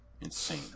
insane